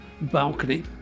balcony